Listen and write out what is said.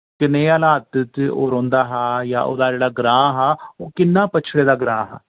कनेह् हलात च ओह् रोह्नदा हा यां ओह्दा जेह्ड़ा ग्रां हा ओह् किन्ना पिछड़दा हा